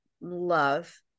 love